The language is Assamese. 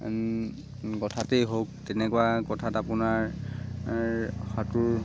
কথতেই হওক তেনেকুৱা কথাত আপোনাৰ সাঁতোৰ